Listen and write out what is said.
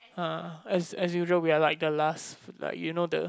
!huh! as as usual we are like the last like you know the